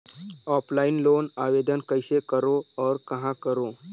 Offline loan आवेदन कइसे करो और कहाँ करो?